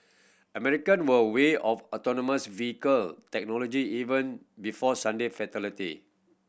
American were wary of autonomous vehicle technology even before Sunday fatality